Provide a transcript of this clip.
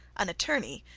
an attorney,